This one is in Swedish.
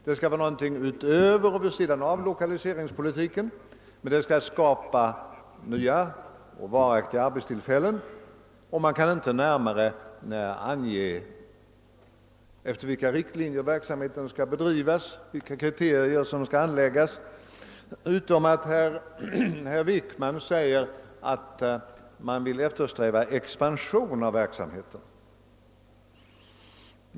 Det skall vara någonting utöver och vid sidan om lokaliseringspolitiken, det skall skapas nya och varaktiga arbetstillfällen, och man kan inte närmare ange efter vilka riktlinjer verksamheten skall bedrivas, vilka kriterier som skall anläggas — utom att man, som herr Wickman säger, vill eftersträva expansion av den statliga verksamheten.